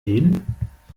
hin